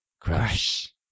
Crush